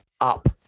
up